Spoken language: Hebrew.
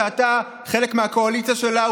שאתה חלק מהקואליציה שלה,